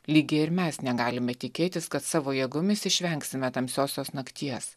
lygiai ir mes negalime tikėtis kad savo jėgomis išvengsime tamsiosios nakties